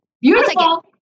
beautiful